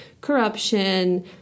corruption